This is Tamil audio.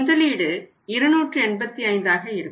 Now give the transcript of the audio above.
முதலீடு 285 ஆக இருக்கும்